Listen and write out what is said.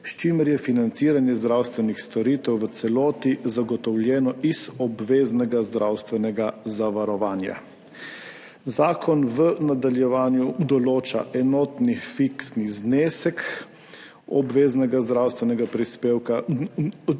s čimer je financiranje zdravstvenih storitev v celoti zagotovljeno iz obveznega zdravstvenega zavarovanja. Zakon v nadaljevanju določa enotni fiksni znesek obveznega zdravstvenega prispevka,